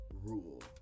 rule